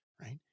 right